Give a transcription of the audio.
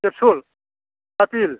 खेबसुल ना पिल